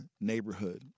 neighborhood